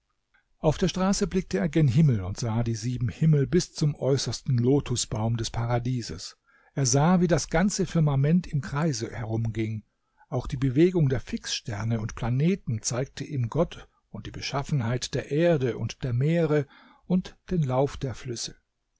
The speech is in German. auf der straße blickte er gen himmel und sah die sieben himmel bis zum äußersten lotusbaum des paradieses er sah wie das ganze firmament im kreise herumging auch die bewegung der fixsterne und planeten zeigte ihm gott und die beschaffenheit der erde und der meere und den lauf der flüsse